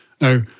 Now